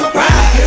ride